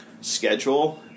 schedule